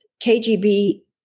KGB